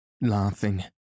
laughing